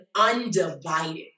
undivided